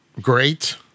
Great